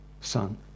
son